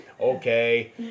Okay